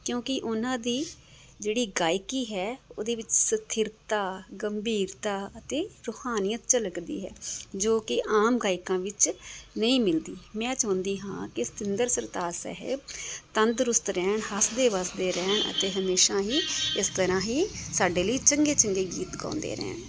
ਕਿਉਂਕਿ ਉਹਨਾਂ ਦੀ ਜਿਹੜੀ ਗਾਇਕੀ ਹੈ ਉਹਦੇ ਵਿੱਚ ਸਥਿਰਤਾ ਗੰਭੀਰਤਾ ਅਤੇ ਰੂਹਾਨੀਅਤ ਝਲਕਦੀ ਹੈ ਜੋ ਕਿ ਆਮ ਗਾਇਕਾਂ ਵਿੱਚ ਨਹੀਂ ਮਿਲਦੀ ਮੈਂ ਚਾਹੁੰਦੀ ਹਾਂ ਕਿ ਸਤਿੰਦਰ ਸਰਤਾਜ ਸਾਹਿਬ ਤੰਦਰੁਸਤ ਰਹਿਣ ਹੱਸਦੇ ਵੱਸਦੇ ਰਹਿਣ ਅਤੇ ਹਮੇਸ਼ਾ ਹੀ ਇਸ ਤਰ੍ਹਾਂ ਹੀ ਸਾਡੇ ਲਈ ਚੰਗੇ ਚੰਗੇ ਗੀਤ ਗਾਉਂਦੇ ਰਹਿਣ